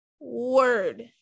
word